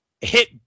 hit